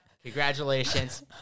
Congratulations